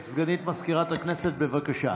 סגנית מזכירת הכנסת, בבקשה.